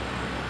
like